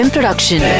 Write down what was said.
Production